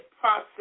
process